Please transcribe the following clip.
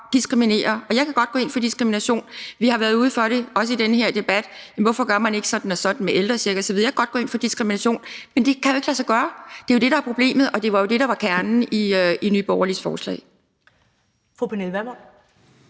at diskriminere. Og jeg kan godt gå ind for diskrimination. Vi har været ude for det, også i den her debat, altså hvorfor man ikke gør sådan og sådan med ældrecheck osv. Jeg kan godt gå ind for diskrimination, men det kan jo ikke lade sig gøre. Det er jo det, der er problemet, og det var det, der var kernen i Nye Borgerliges forslag. Kl. 10:52 Første